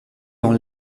dans